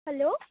hello